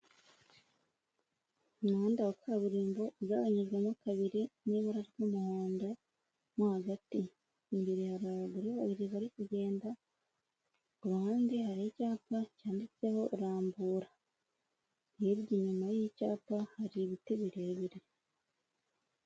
Umuhanda wa kaburimbo ugabanyijwemo kabiri n'ibara ry'umuhondo mo hagati. Imbere hari abagore babiri bari kugenda, ku ruhande hari icyapa cyanditseho Rambura. Hirya inyuma y'icyapa hari ibiti birebire.